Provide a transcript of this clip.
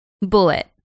Bullet